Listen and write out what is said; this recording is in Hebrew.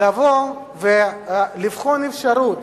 לבוא ולבחון אפשרות